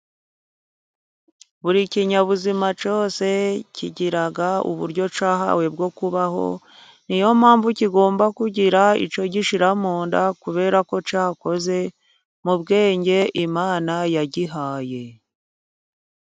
Buri kinyabuzima cyose kigira uburyo cyahawe bwo kubaho, ni yo mpamvu kigomba kugira icyo gishyira mu nda, kubera ko cyakuze mu bwenge Imana yagihaye.